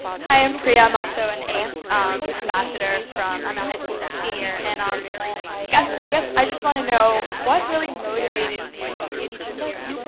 hi, i'm priya. i'm also an ace ambassador, from i'm a high school senior. and um i guess i just want to know, what really motivated you, each of you,